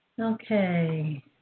Okay